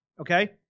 Okay